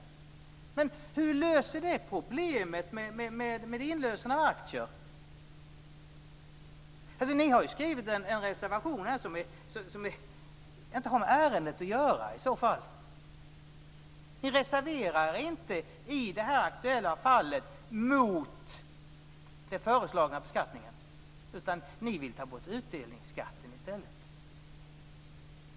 Men hur löser det problemet med inlösen av aktier? Ni har ju skrivit en reservation som inte har med ärendet att göra. Ni reserverar er inte i det aktuella fallet mot den föreslagna beskattningen, utan ni vill ta bort utdelningsskatten i stället.